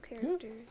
characters